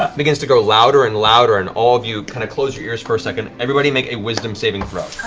um begins to grow louder and louder, and all of you kind of close your ears for a second. everybody, make a wisdom saving throw.